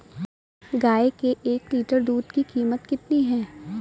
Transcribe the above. गाय के एक लीटर दूध की कीमत कितनी है?